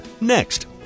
next